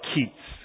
Keats